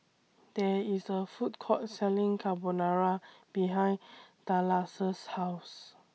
There IS A Food Court Selling Carbonara behind House